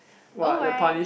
alright